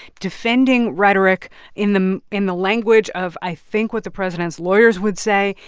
defending rhetoric in the in the language of, i think what the president's lawyers would say,